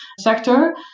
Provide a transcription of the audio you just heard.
sector